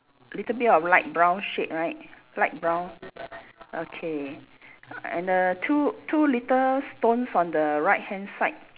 little bit of light brown shade right light brown okay and the two two little stones on the right hand side